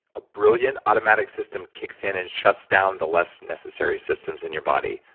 a brilliant, automatic system kicks in and shuts down the less necessary systems in your body,